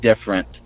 different